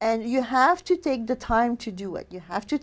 and you have to take the time to do it you have t